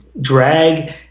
drag